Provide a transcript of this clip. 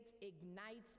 ignites